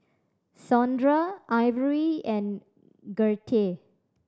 Saundra Ivory and Gertie